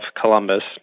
Columbus